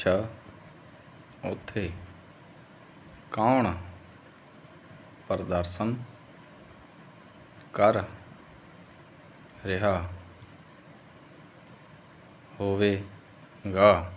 ਅੱਛਾ ਓਥੇ ਕੌਣ ਪ੍ਰਦਰਸ਼ਨ ਕਰ ਰਿਹਾ ਹੋਵੇਗਾ